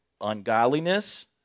ungodliness